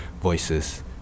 voices